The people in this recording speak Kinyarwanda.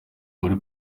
muri